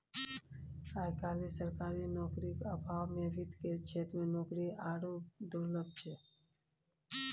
आय काल्हि सरकारी नौकरीक अभावमे वित्त केर क्षेत्रमे नौकरी आरो दुर्लभ छै